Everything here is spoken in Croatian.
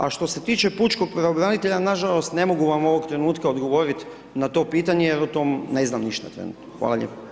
A što se tiče pučkog pravobranitelja, nažalost, ne mogu vam ovog trenutka odgovoriti na to pitanje jer o tome ne znam ništa trenutno.